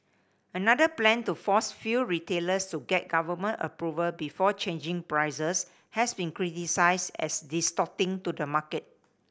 another plan to force fuel retailers to get government approval before changing prices has been criticised as distorting to the market